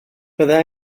byddai